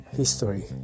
history